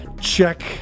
check